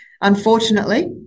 Unfortunately